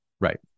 Right